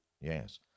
Yes